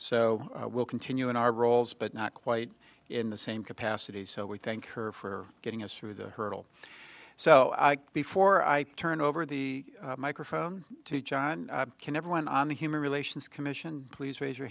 so we'll continue in our roles but not quite in the same capacity so we thank her for getting us through the hurdle so before i turn over the microphone to john can everyone on the human relations commission please raise your